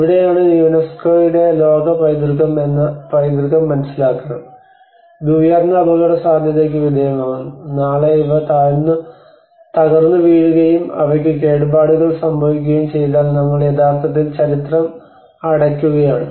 ഇവിടെയാണ് യുനെസ്കോയുടെ ലോകപൈതൃകം എന്ന പൈതൃകം മനസ്സിലാക്കണം ഇത്ഉയർന്ന അപകടസാധ്യതയ്ക്ക് വിധേയമാകുന്നു നാളെ ഇവ തകർന്നുവീഴുകയും അവയ്ക്ക് കേടുപാടുകൾ സംഭവിക്കുകയും ചെയ്താൽ നമ്മൾ യഥാർത്ഥത്തിൽ ചരിത്രം അടയ്ക്കുകയാണ്